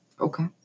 Okay